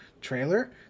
trailer